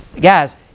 Guys